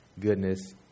goodness